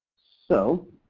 so,